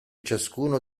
ciascuno